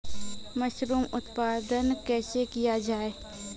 Mushroom उत्पादन कैसे किया जाय?